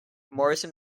morison